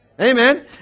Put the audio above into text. Amen